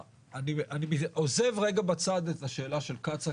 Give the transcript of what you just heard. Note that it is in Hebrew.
אני עוזב רגע בצד את השאלה של קצא"א,